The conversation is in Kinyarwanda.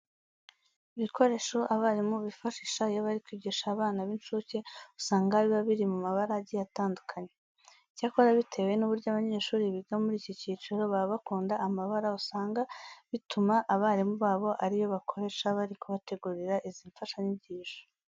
Ibikoresho abarimu bifashisha iyo bari kwigisha abana b'incuke, usanga biba biri mu mabara agiye atandukanye. Icyakora bitewe n'uburyo abanyeshuri biga muri iki cyiciro baba bakunda amabara, usanga bituma abarimu babo ari yo bakoresha bari kubategurira izi mfashanyigisho.